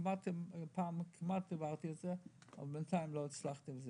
אבל בינתיים לא הצלחתי.